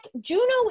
juno